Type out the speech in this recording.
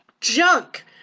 junk